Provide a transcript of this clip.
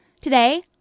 Today